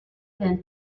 than